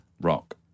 Rock